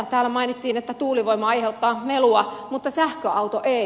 täällä mainittiin että tuulivoima aiheuttaa melua mutta sähköauto ei